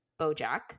BoJack